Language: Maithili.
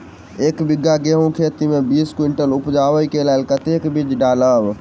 एक बीघा गेंहूँ खेती मे बीस कुनटल उपजाबै केँ लेल कतेक बीज डालबै?